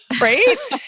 Right